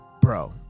Bro